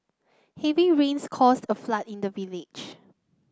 heavy rains caused a flood in the village